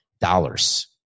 dollars